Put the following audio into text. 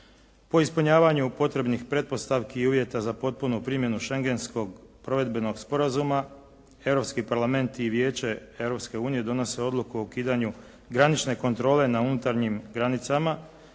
Po ispunjavanju potrebnih pretpostavki i uvjeta za potpunu primjenu Schengenskog provedbenog sporazuma Europski parlament i Vijeće Europske unije donose odluku o ukidanju granične kontrole na unutarnjim granicama